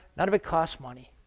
none of it costs money.